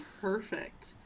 perfect